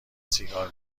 سیگار